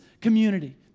community